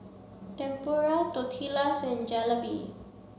Tempura Tortillas and Jalebi